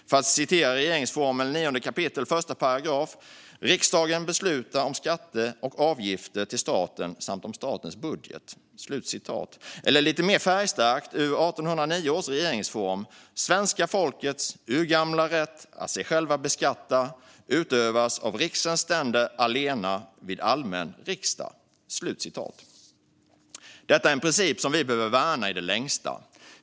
För att citera regeringsformen 9 kap 1 §: "Riksdagen beslutar om skatter och avgifter till staten samt om statens budget." Eller lite mer färgstarkt ur 1809 års regeringsform: Svenska folkets urgamla rätt att sig beskatta utövas av riksens ständer allena vid allmän riksdag. Detta är en princip som vi måste värna i det längsta.